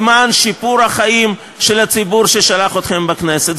למען שיפור החיים של הציבור ששלח אתכם לכנסת.